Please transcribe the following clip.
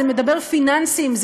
זה מדבר פיננסים,